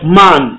man